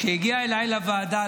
כשהגיע אליי לוועדה,